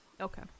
Okay